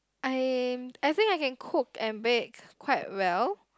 I am I think I can cook and bake quite well